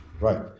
Right